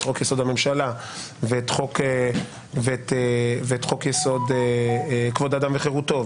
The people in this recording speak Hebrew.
חוק-יסוד: הממשלה ואת חוק-יסוד: כבוד האדם וחירותו,